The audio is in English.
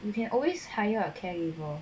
you can always hire a caregiver